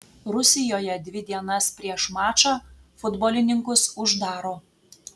rusijoje dvi dienas prieš mačą futbolininkus uždaro